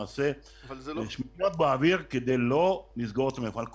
נעשה שמיניות באוויר כדי לא לסגור את המפעל.